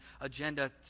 agenda